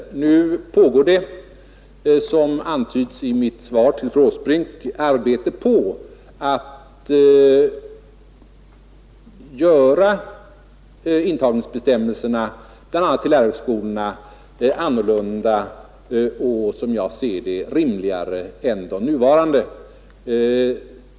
Det pågår — det antyddes i mitt svar till fru Åsbrink — ett arbete på att göra intagningsbestämmelserna, bl.a. till lärarhögskolorna, annorlunda och som jag ser det rimligare än de nuvarande.